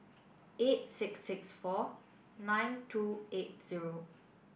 eight six six four nine two eight zero